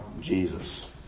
jesus